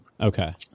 Okay